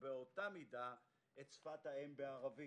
ובאותה מידה את שפת האם בערבית.